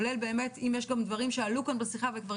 כולל באמת אם יש גם דברים שעלו כאן בשיחה וכבר